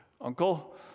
uncle